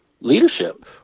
Leadership